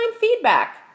feedback